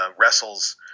wrestles